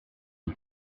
een